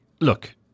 look